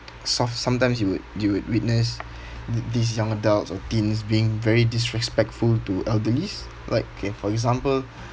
sof~ sometimes you would you would witness the~ these young adults or teens being very disrespectful to elderlies like K for example